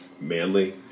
manly